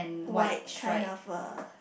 white kind of uh